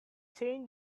chain